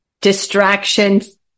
distractions